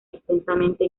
extensamente